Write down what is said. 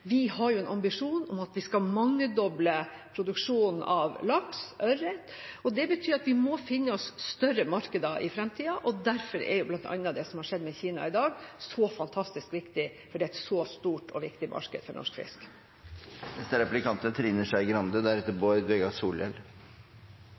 vi har jo en ambisjon om at vi skal mangedoble produksjonen av laks og ørret. Det betyr at vi må finne oss større markeder i framtida. Derfor er bl.a. det som har skjedd med Kina i dag, så fantastisk viktig, for det er et så stort og viktig marked for norsk